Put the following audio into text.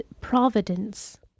providence